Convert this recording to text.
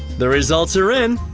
the results are in!